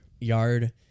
yard